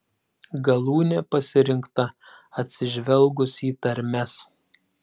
galūnė pasirinkta atsižvelgus į tarmes